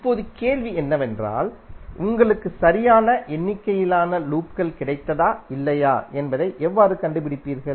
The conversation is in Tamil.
இப்போது கேள்வி என்னவென்றால் உங்களுக்கு சரியான எண்ணிக்கையிலான லூப்கள் கிடைத்ததா இல்லையா என்பதை எவ்வாறு கண்டுபிடிப்பீர்கள்